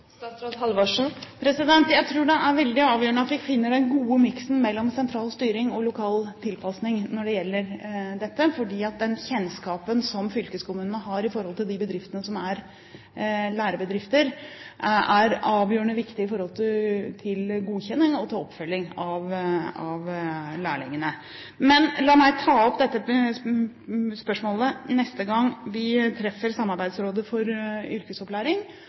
Jeg tror det er veldig avgjørende at vi finner den gode miksen mellom sentral styring og lokal tilpasning når det gjelder dette, for den kjennskapen som fylkeskommunene har til de bedriftene som er lærebedrifter, er avgjørende viktig når det gjelder godkjenning, og når det gjelder oppfølging av lærlingene. Men la meg ta dette spørsmålet opp neste gang jeg treffer Samarbeidsrådet for yrkesopplæring,